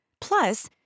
Plus